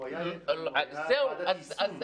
הוא היה ועדת יישום.